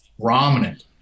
prominent